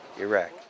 iraq